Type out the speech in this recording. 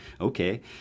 Okay